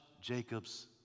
Jacob's